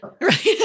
Right